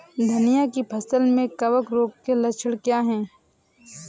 धनिया की फसल में कवक रोग के लक्षण क्या है?